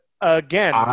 again